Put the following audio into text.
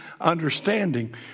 understanding